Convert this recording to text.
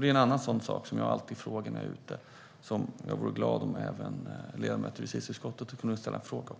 Det är en annan sådan sak som jag alltid frågar när jag är ute som jag vore glad om även ledamöter i justitieutskottet kunde ställa en fråga om.